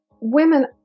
women